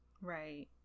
Right